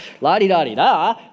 la-di-da-di-da